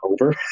over